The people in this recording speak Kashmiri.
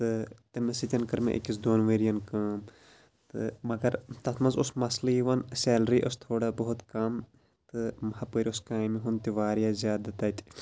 تہٕ تٔمِس سۭتۍ کٔر مےٚ أکِس دۄن ؤرِیَن کٲم تہٕ مگر تَتھ منٛز اوس مسلہٕ یِوان سیلری ٲس تھوڑا بہت کَم تہٕ ہُپٲرۍ اوس کامہِ ہُنٛد تہِ واریاہ زیادٕ تَتہِ